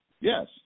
Yes